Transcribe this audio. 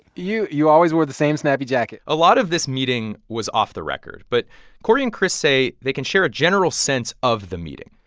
you you always wore the same snappy jacket a lot of this meeting was off the record. but cory and chris say they can share a general sense of the meeting.